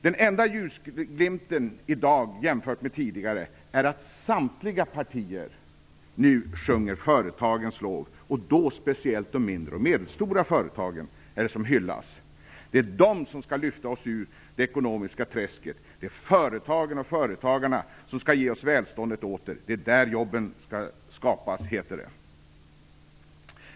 Den enda ljusglimten i dag jämfört med tidigare är att samtliga partier nu sjunger företagens lov, och då är det speciellt de mindre och medelstora företagen som hyllas. Det är de som skall lyfta oss ur det ekonomiska träsket. Det är företagen och företagarna som skall ge oss välståndet åter. Det är där jobben skall skapas, heter det.